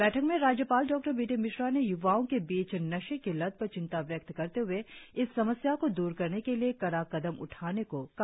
बैठक में राज्यपाल डॉ बी डी मिश्रा ने युवाओ के बीच नशे की लत पर चिंता व्यक्त करते हुए इस समस्या को दूर करने के लिए कड़ा कदम उठाने को कहा